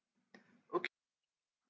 okay